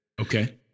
Okay